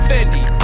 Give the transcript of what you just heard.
Fendi